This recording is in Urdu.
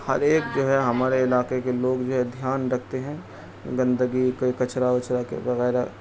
ہر ایک جو ہے ہمارے علاقے کے لوگ جو ہے دھیان رکھتے ہیں گندگی کوئی کچڑا اوچڑا کے وغیرہ